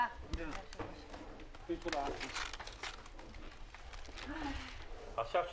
הישיבה ננעלה בשעה 12:30.